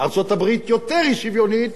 ארצות-הברית יותר אי-שוויונית,